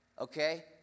Okay